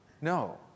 No